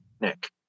Nick